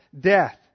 death